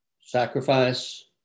Sacrifice